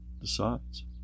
decides